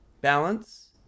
Balance